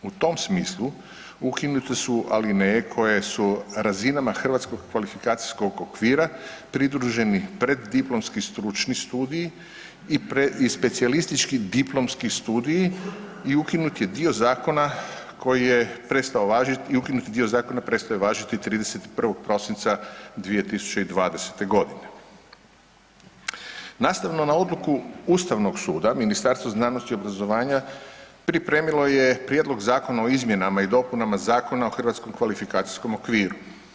U tom smislu ukinute su alineje koje su razinama hrvatskog kvalifikacijskog okvira pridruženi preddiplomski stručni studiji i specijalistički diplomski studiji i ukinut je dio zakona koji je prestao važit i ukinuti dio zakona prestao je važiti 31. prosinca 2020.g. Nastavno na odluku ustavnog suda Ministarstvo znanosti i obrazovanja pripremilo je prijedlog zakona o izmjenama i dopunama Zakona o hrvatskom kvalifikacijskom okviru.